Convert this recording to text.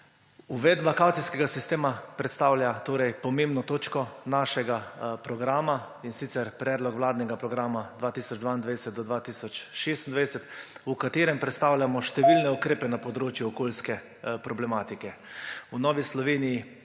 Uvedba kavcijskega sistema predstavlja torej pomembno točko našega programa, in sicer predlog vladnega programa 2022−2026, v katerem predstavljamo številne ukrepe na področju okoljske problematike. V Novi Sloveniji